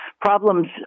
problems